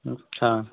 अच्छा